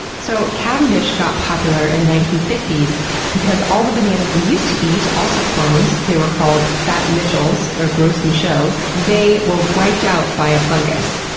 so cavendish got popular in the nineteen fifty s because all the bananas we used to eat, also clones they were called fat mitchells or gros michels they were wiped out by a fungus.